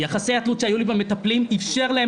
יחסי התלות שהיו לי במטפלים אפשרו להם